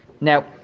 Now